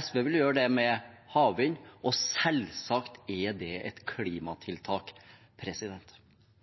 SV vil gjøre det med havvind, og selvsagt er det et